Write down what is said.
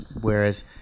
whereas